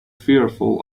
fearful